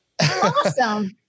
Awesome